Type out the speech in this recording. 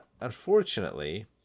unfortunately